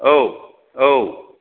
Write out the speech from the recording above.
औ औ